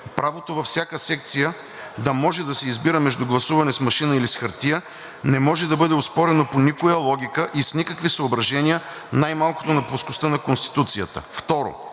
Правото във всяка секция да може да се избира между гласуване с машина или с хартия не може да бъде оспорено по никоя логика и с никакви съображения, най-малкото такива на плоскостта на Конституцията. 2.